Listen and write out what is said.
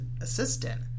assistant